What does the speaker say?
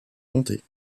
comptés